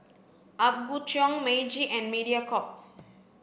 Apgujeong Meiji and Mediacorp